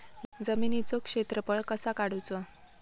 जमिनीचो क्षेत्रफळ कसा काढुचा?